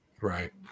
right